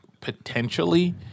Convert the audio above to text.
potentially